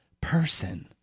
Person